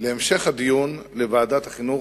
להמשך הדיון בוועדת החינוך,